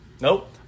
Nope